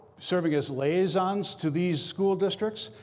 serving as liaisons to these school districts.